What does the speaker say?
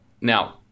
Now